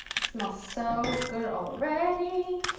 smells so good already,